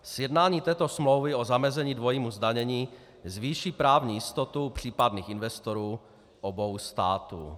Sjednání této smlouvy o zamezení dvojímu zdanění zvýší právní jistotu případných investorů obou států.